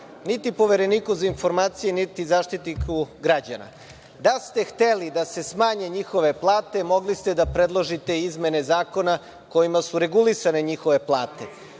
niti Povereniku za informacije, niti Zaštitniku građana. Da ste hteli da se smanje njihove plate mogli ste da predložite izmene zakona kojima su regulisane njihove plate.